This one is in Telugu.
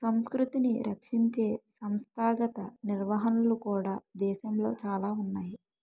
సంస్కృతిని రక్షించే సంస్థాగత నిర్వహణలు కూడా దేశంలో చాలా ఉన్నాయి